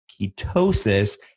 ketosis